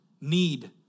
need